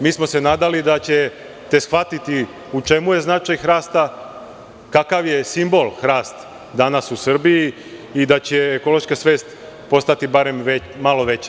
Mi smo se nadali da ćete shvatiti u čemu je značaj hrasta, kakav je simbol hrast danas u Srbiji i da će ekološka svest postati barem malo veća.